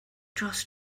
dros